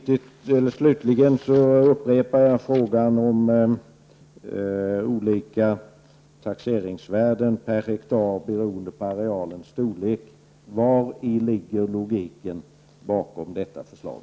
Jag vill slutligen upprepa min fråga om olika taxeringsvärden per hektar beroende på arealens storlek: Vari ligger logiken bakom detta förslag?